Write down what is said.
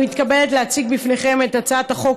אני מתכבדת להציג לפניכם את הצעת החוק